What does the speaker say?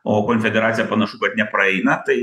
o konfederacija panašu kad nepraeina tai